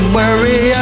worry